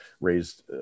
raised